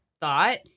thought